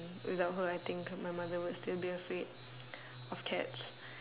without her I think my mother would still be afraid of cats